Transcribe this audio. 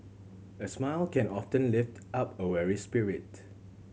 a smile can often lift up a weary spirit